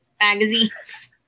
magazines